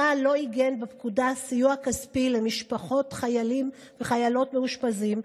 צה"ל לא עיגן בפקודה סיוע כספי למשפחות חיילים וחיילות מאושפזים,